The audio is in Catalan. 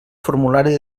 formulari